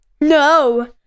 No